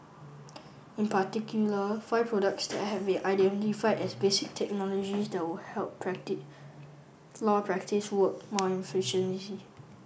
in particular five products that have been identified as basic technologies that would help law practice work more efficiently